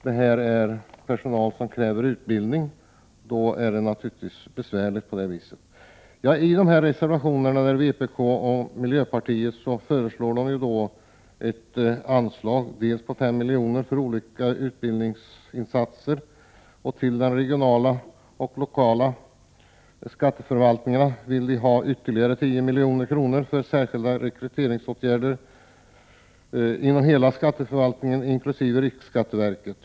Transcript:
Detta är naturligtvis besvärligt när man tänker på att denna personal kräver utbildning. I reservation 1 av vpk och miljöpartiet föreslås ett anslag på 5 milj.kr. för olika utbildningsinsatser. Till de regionala och lokala skatteförvaltningarna vill reservanterna ha ytterligare 10 milj.kr. för särskilda rekryteringsåtgärder inom hela skatteförvaltningen, inkl. riksskatteverket.